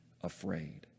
afraid